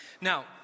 Now